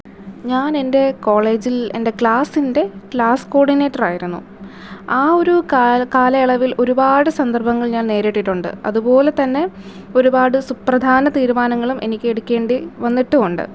ഞാൻ എൻ്റെ കോളേജിൽ എൻ്റെ ക്ലാസ്സിൻ്റെ ക്ലാസ്സ് കോഡിനേറ്റർ ആയിരുന്നു ആ ഒരു കാലയളവിൽ ഒരുപാട് സന്ദർഭങ്ങൾ ഞാൻ നേരിട്ടിട്ടുണ്ട് അതുപോലെ തന്നെ ഒരുപാട് സുപ്രധാന തീരുമാനങ്ങളും എനിക്ക് എടുക്കേണ്ടി വന്നിട്ടുണ്ട്